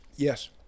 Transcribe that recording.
Yes